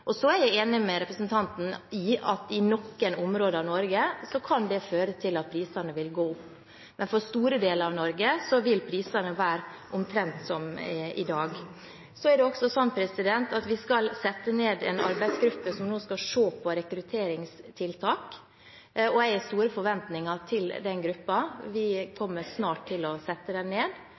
er enig med representanten i at i noen områder i Norge kan det føre til at prisene vil gå opp. I store deler av Norge vil prisene være omtrent som i dag. Så er det også sånn at vi snart skal nedsette en arbeidsgruppe som skal se på rekrutteringstiltak. Jeg har store forventninger til den gruppen, og jeg har tro på at den